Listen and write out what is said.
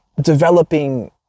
developing